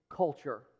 culture